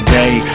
day